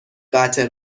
قطع